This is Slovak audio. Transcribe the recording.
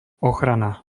ochrana